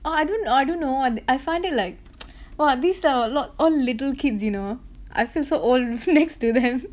ah I d~ I don't know I find it like !wah! these are a lot all little kids you know I feel so old next to them